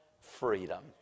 freedom